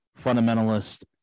fundamentalist